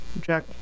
Jack